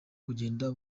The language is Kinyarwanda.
kugenda